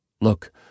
Look